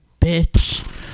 bitch